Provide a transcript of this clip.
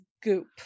Goop